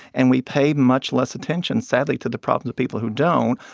and we pay much less attention, sadly, to the problems of people who don't.